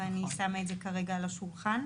ואני שמה את זה כרגע על השולחן.